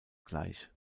gleich